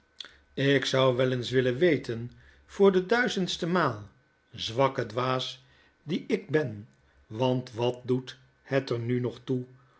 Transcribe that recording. ik zou wel eens willen weten voor de dmzendste maal zwakke dwaas die ik ben want wat doet het er nu nog toe